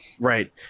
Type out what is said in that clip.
Right